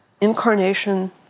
incarnation